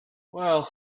well